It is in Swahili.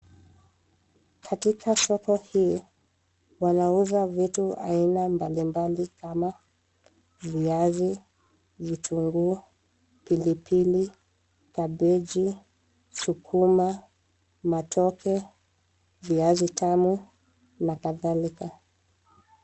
Katika soko hii wanauza vitu aina mbalimbali kama viazi, vitunguu, pilipili, kabeji, sukuma, matoke, viazi tamu na kadhalika.